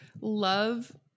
love